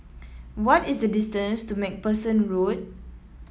what is the distance to MacPherson Road